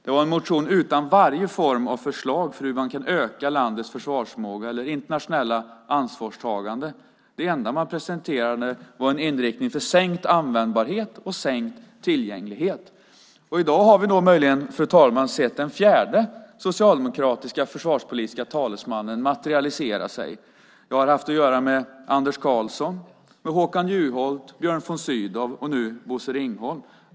Det var en motion utan varje form till förslag på hur man kan öka landets försvarsförmåga eller internationella ansvarstagande. Det enda man presenterade var en inriktning för sänkt användbarhet och sänkt tillgänglighet. I dag har vi möjligen, fru talman, sett den fjärde socialdemokratiska försvarspolitiska talesmannen materialisera sig. Jag har haft att göra med Anders Karlsson, Håkan Juholt, Björn von Sydow och nu Bosse Ringholm.